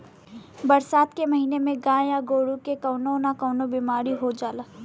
बरसात के महिना में गाय गोरु के कउनो न कउनो बिमारी हो जाला